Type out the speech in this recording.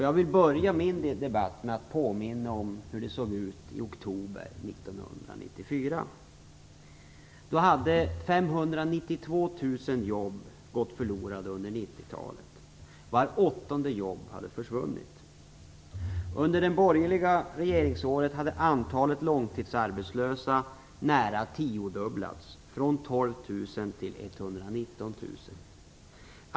Jag vill börja min del av debatten med att påminna om hur det såg ut i oktober 1994. Vart åttonde jobb hade försvunnit. Under de borgerliga regeringsåren hade antalet långtidsarbetslösa nära tiodubblats från 12 000 till 119 000.